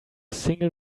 single